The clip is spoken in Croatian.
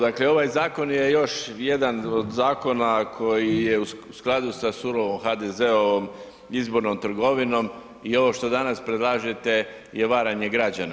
Dakle, ovaj zakon je još jedan od zakona koji je u skladu sa surovom HDZ-ovom izbornom trgovinom i ovo što danas predlažete je varanje građana.